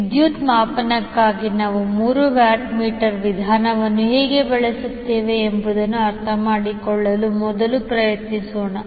ವಿದ್ಯುತ್ ಮಾಪನಕ್ಕಾಗಿ ನಾವು ಮೂರು ವ್ಯಾಟ್ ಮೀಟರ್ ವಿಧಾನವನ್ನು ಹೇಗೆ ಬಳಸುತ್ತೇವೆ ಎಂಬುದನ್ನು ಅರ್ಥಮಾಡಿಕೊಳ್ಳಲು ಮೊದಲು ಪ್ರಯತ್ನಿಸೋಣ